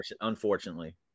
unfortunately